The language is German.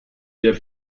der